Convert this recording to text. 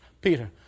Peter